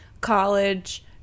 college